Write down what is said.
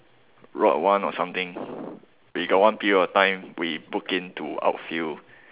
rot one or something we got one period of time we book into outfield